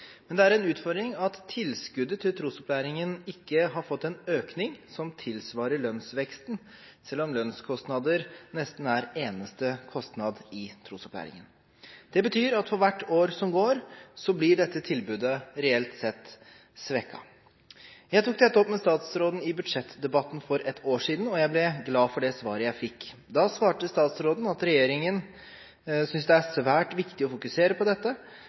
men også at vi som medlemmer av Kirken kan være med og bidra. Trosopplæring har blitt en av Kirkens viktigste oppgaver. Det er en utfordring at tilskuddet til trosopplæringen ikke har fått en økning som tilsvarer lønnsveksten, selv om lønnskostnader nesten er eneste kostnad i trosopplæringen. Det betyr at for hvert år som går, blir dette tilbudet reelt sett svekket. Jeg tok dette opp med statsråden i budsjettdebatten for et år siden, og jeg ble glad for det svaret jeg fikk. Da svarte statsråden at regjeringen